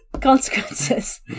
consequences